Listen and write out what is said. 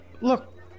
look